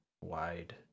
wide